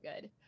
good